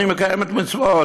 אני מקיימת מצוות,